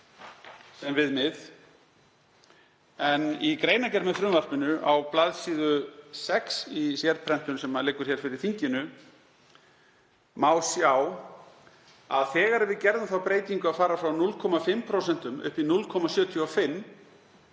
sem viðmið. Í greinargerð með frumvarpinu, á bls. 6 í sérprentun sem liggur hér fyrir þinginu, má sjá að þegar við gerðum þá breytingu að fara frá 0,5% upp í 0,75%